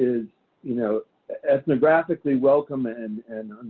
is you know ethnographically welcome and